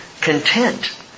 content